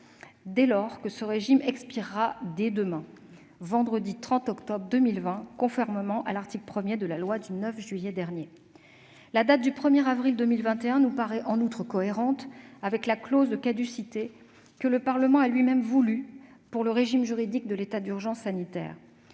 dès lors que ce régime expirera, c'est-à-dire demain, vendredi 30 octobre 2020, conformément à l'article 1 de la loi du 9 juillet dernier. La date du 1 avril 2021 nous paraît, en outre, cohérente avec la clause de caducité que le Parlement a lui-même voulue pour le régime juridique de l'état d'urgence sanitaire.